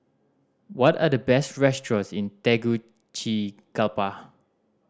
what are the best restaurants in Tegucigalpa